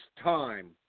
time